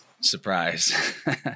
Surprise